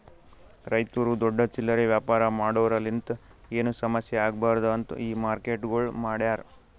ರೈತುರು ದೊಡ್ಡ ಚಿಲ್ಲರೆ ವ್ಯಾಪಾರ ಮಾಡೋರಲಿಂತ್ ಏನು ಸಮಸ್ಯ ಆಗ್ಬಾರ್ದು ಅಂತ್ ಈ ಮಾರ್ಕೆಟ್ಗೊಳ್ ಮಾಡ್ಯಾರ್